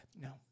no